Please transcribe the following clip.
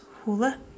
hula